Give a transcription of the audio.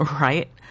Right